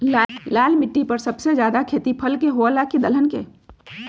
लाल मिट्टी पर सबसे ज्यादा खेती फल के होला की दलहन के?